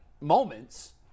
moments